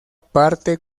parte